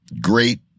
Great